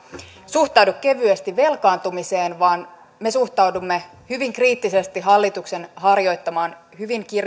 suhtaudu kevyesti velkaantumiseen vaan me suhtaudumme hyvin kriittisesti hallituksen harjoittamaan hyvin